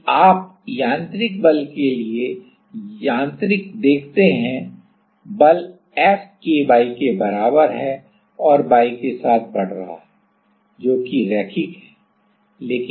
क्योंकि आप यांत्रिक बल के लिए यांत्रिक देखते हैं बल F ky के बराबर है और y के साथ बढ़ रहा है जो कि रैखिक है